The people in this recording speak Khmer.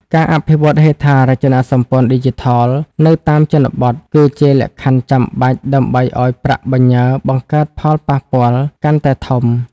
ការអភិវឌ្ឍ "ហេដ្ឋារចនាសម្ព័ន្ធឌីជីថល" នៅតាមជនបទ គឺជាលក្ខខណ្ឌចាំបាច់ដើម្បីឱ្យប្រាក់បញ្ញើបង្កើតផលប៉ះពាល់កាន់តែធំ។